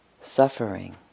suffering